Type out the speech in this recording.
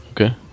okay